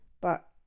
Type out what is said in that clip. But